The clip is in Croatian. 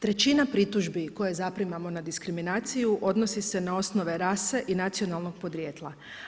Trećina pritužbi koje zaprimamo na diskriminaciju odnosi se na osnove rase i nacionalnog podrijetla.